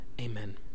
Amen